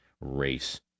Race